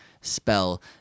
spell